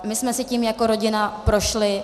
My jsme si tím jako rodina prošli.